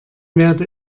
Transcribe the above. werde